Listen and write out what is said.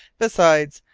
besides,